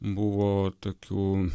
buvo tokių